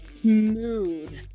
Smooth